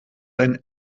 ein